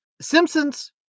Simpsons